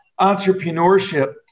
entrepreneurship